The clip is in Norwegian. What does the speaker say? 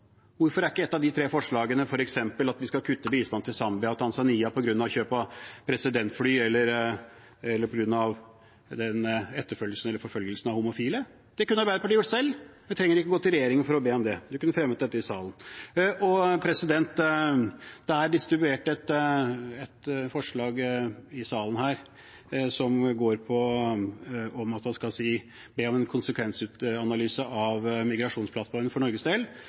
Hvorfor gjør ikke Arbeiderpartiet noe? Hvorfor handler ikke ett av de tre forslagene om at vi f.eks. skal kutte bistanden til Zambia og Tanzania på grunn av kjøp av presidentfly eller forfølgelsen av homofile? Det kunne Arbeiderpartiet ha gjort selv, de trenger ikke gå til regjeringen for å be om det. Man kunne ha fremmet dette i salen. Det er distribuert et forslag i salen som går på at man skal be om en konsekvensanalyse av migrasjonsplattformen for Norges del.